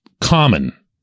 common